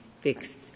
fixed